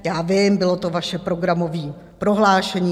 Já vím, bylo to vaše programový prohlášení.